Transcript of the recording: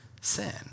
sin